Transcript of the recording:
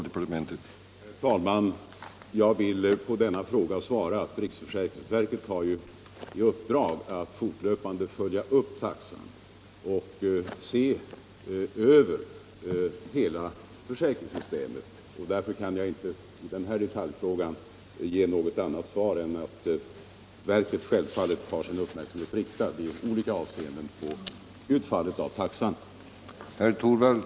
Herr talman! Riksförsäkringsverket har i uppdrag att fortlöpande följa upp taxan och se över försäkringssystemet. Därför kan jag inte i den här detaljfrågan ge något annat svar än att verket självfallet i olika avseenden har sin uppmärksamhet riktad på reglerna i taxan.